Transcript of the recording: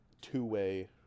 two-way